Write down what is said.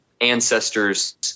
ancestors